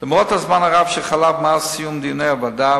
למרות הזמן הרב שחלף מאז סיום דיוני הוועדה,